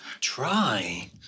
Try